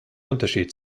unterschied